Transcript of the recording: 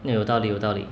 嗯有道理有道理